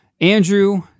Andrew